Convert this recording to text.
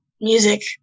music